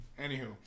Anywho